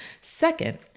Second